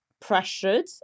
pressured